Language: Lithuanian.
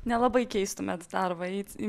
nelabai keistumėt darbą eiti į